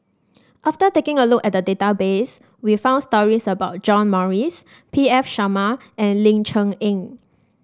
after taking a look at the database we found stories about John Morrice P V Sharma and Ling Cher Eng